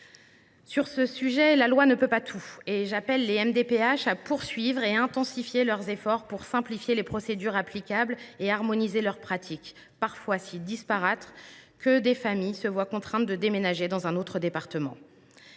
Sur ce sujet, la loi ne peut pas tout ; j’appelle donc les MDPH à poursuivre et à intensifier leurs efforts pour simplifier les procédures applicables et harmoniser leurs pratiques, parfois si disparates que des familles se voient contraintes de déménager dans un autre département.